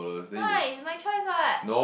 why is my choice what